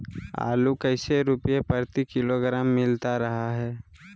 आलू कैसे रुपए प्रति किलोग्राम मिलता रहा है?